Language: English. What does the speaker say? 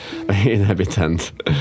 inhabitant